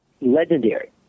legendary